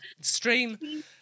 Stream